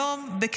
היום,